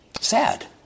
Sad